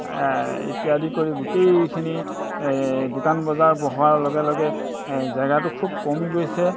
ইত্যাদি কৰি গোটেইখিনি দোকান বজাৰ বহোৱাৰ লগে লগে জেগাটো খুব কমি গৈছে